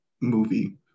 movie